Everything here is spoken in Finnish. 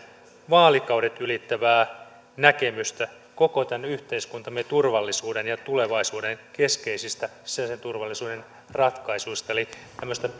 vaalikaudet ylittävää näkemystä koko tämän yhteiskuntamme tulevaisuuden keskeisistä sisäisen turvallisuuden ratkaisuista eli tämmöistä